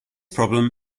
problem